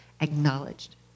acknowledged